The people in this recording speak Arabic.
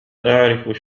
أعرف